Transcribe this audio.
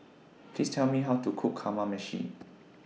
Please Tell Me How to Cook Kamameshi